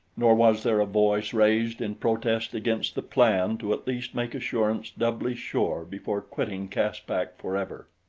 nor was there a voice raised in protest against the plan to at least make assurance doubly sure before quitting caspak forever.